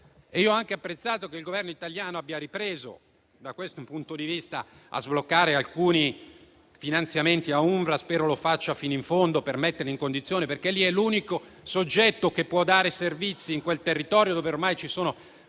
Ho anche apprezzato che il Governo italiano abbia ripreso, da questo punto di vista, a sbloccare alcuni finanziamenti a UNRWA e spero lo faccia fino in fondo per metterla in condizione di operare, perché è l'unico soggetto che può dare servizi in quel territorio, dove ormai ci sono